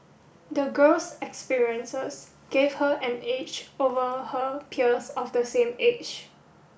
the girl's experiences gave her an edge over her peers of the same age